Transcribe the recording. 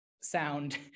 sound